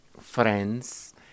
friends